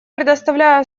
предоставляю